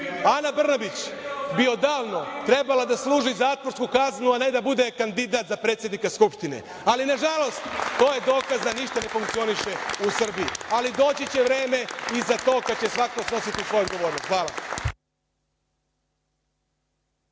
Ana Brnabić bi odavno trebala da služi zatvorsku kaznu, a ne da bude kandidat za predsednika Skupštine, ali to je dokaz, nažalost, da ništa ne funkcioniše u Srbiji, ali doći će vreme i za to kada će svako snositi svoju odgovornost. Hvala.